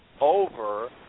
over